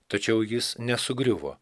tačiau jis nesugriuvo